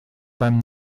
beim